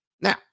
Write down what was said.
Now